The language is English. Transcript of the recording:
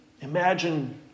Imagine